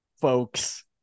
folks